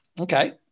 Okay